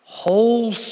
whole